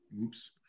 Oops